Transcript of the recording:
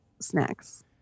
snacks